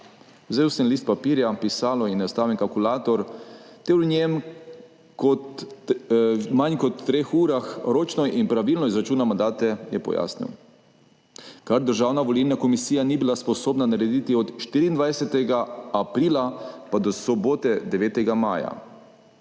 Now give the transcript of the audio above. »Vzel sem list papirja, pisalo in nastavim kalkulator ter v njem v manj kot treh urah ročno in pravilno izračunal mandate,« je pojasnil, česar Državna volilna komisija ni bila sposobna narediti od 24. aprila pa do sobote, 9. maja,